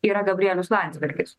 yra gabrielius landsbergis